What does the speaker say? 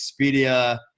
Expedia